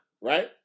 right